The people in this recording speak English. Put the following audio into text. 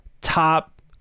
top